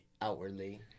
outwardly